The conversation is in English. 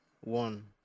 one